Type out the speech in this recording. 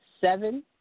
seven